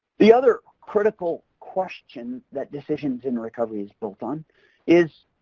the other critical question that decisions in recovery is built on is,